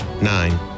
Nine